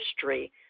history